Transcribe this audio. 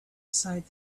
sighed